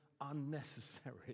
unnecessary